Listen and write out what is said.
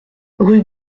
rue